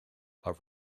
but